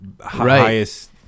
highest